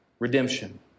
Redemption